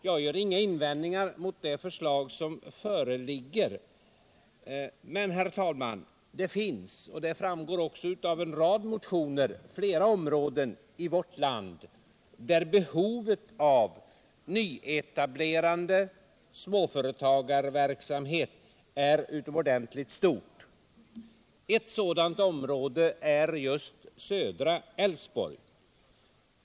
Jag gör inga invändningar, herr talman, mot det föreliggande förslaget, men det finns, vilket också framgår av en rad motioner, flera områden i vårt land där behovet av nyetableringar när det gäller småföretag är utomordentligt stor. Ett sådant område är just Södra Älvsborg.